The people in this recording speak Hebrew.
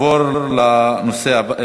הנושא יעבור לוועדת העבודה,